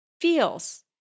feels